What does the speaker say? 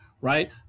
right